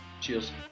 Cheers